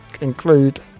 include